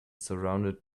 surrounded